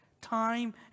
time